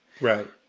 Right